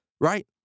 right